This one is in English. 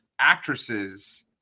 actresses